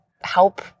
help